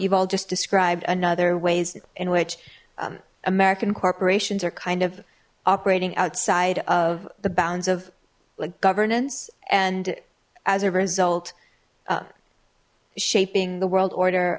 all just described another ways in which american corporations are kind of operating outside of the bounds of like governance and as a result shaping the world order